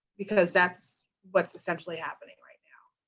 because that's what's essentially happening right now.